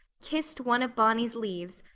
kissed one of bonny's leaves,